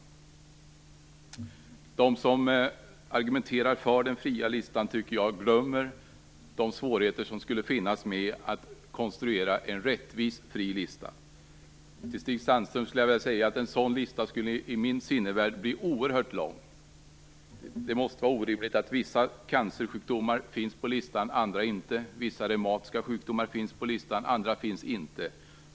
Jag tycker att de som argumenterar för den fria listan glömmer de svårigheter som skulle finnas med att konstruera en rättvis fri lista. Till Stig Sandström skulle jag vilja säga att en sådan lista i min sinnevärld skulle bli oerhört lång. Det måste vara orimligt att vissa cancersjukdomar finns på listan, andra inte. Vissa reumatiska sjukdomar finns på listan, andra inte.